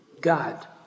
God